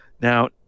Now